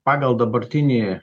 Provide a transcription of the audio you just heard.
pagal dabartinį